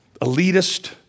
elitist